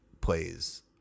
plays